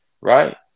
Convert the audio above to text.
Right